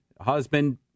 husband